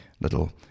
little